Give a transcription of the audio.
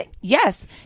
yes